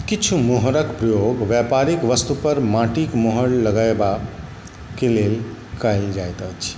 किछु मोहरके प्रयोग बेपारिक वस्तुपर माटिके मोहर लगेबाके लेल कएल जाइत अछि